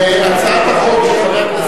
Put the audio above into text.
הצעת החוק של חבר הכנסת